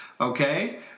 okay